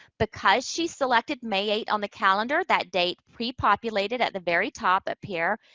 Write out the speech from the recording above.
because she selected may eight on the calendar, that date pre-populated at the very top up here.